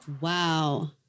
Wow